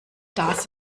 das